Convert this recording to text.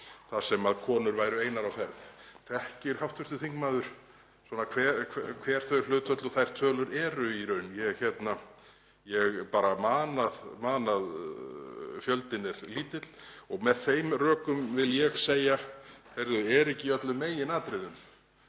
þar sem konur eru einar á ferð. Þekkir hv. þingmaður hver þau hlutföll og þær tölur eru í raun? Ég bara man að fjöldinn er lítill. Með þeim rökum vil ég segja: Er ekki í öllum meginatriðum